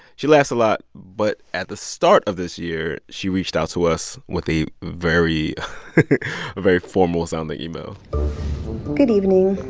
she laughs a lot. but at the start of this year, she reached out to us with a very a very formal-sounding email good evening.